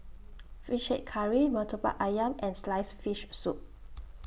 Fish Head Curry Murtabak Ayam and Sliced Fish Soup